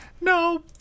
No